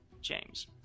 James